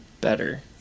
better